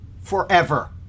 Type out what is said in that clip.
forever